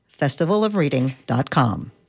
festivalofreading.com